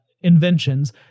inventions